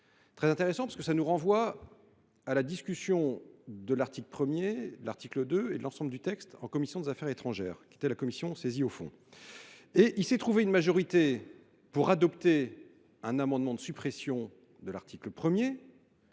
très intéressant ! Lors de la discussion de l’article 1, de l’article 2 et de l’ensemble du texte en commission des affaires étrangères, commission saisie au fond, il s’est trouvé une majorité pour adopter un amendement de suppression de l’article 1